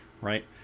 right